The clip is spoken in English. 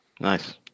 Nice